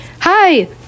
Hi